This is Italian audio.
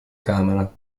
camera